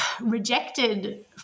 rejected